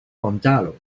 gonzalo